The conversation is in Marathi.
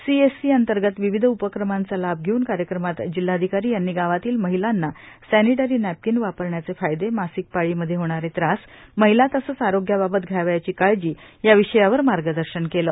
सिएससी अंतर्गत विविध ऊपक्रमाचा लाभ घेव्न कार्यक्रमात जिल्हाधिकारी यांनी गावातील महिलांना सॅनिटरी नॅपकिन वापरण्याचे फायदे मासिक पाळीमध्ये होणारे त्रास महिला तसंच आरोग्याबाबत घ्यावयाची काळजी या विषयावर मार्गदर्शन केले